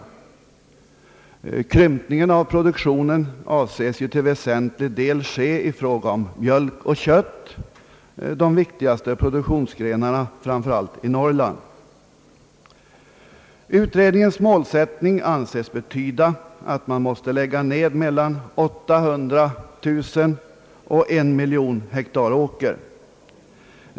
En krympning av produktionen avses till väsentlig del ske i fråga om mjölk och kött, de viktigaste produktionsgrenarna framför allt i Norrland. Utredningens målsättning anses betyda att man måste lägga ned mellan 800 000 och 1 miljon hektar åker.